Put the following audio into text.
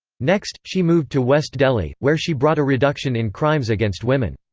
next, she moved to west delhi, where she brought a reduction in crimes against women.